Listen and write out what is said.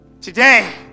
today